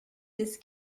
this